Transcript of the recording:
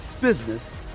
business